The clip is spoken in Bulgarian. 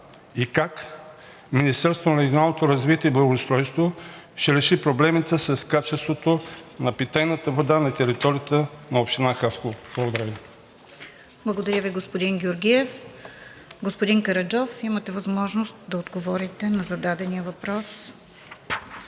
и как Министерството на регионалното развитие и благоустройството ще реши проблемите с качеството на питейната вода на територията на община Хасково? Благодаря Ви. ПРЕДСЕДАТЕЛ РОСИЦА КИРОВА: Благодаря Ви, господин Георгиев. Господин Караджов, имате възможност да отговорите на зададения въпрос.